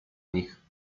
nich